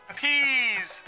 peas